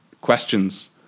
questions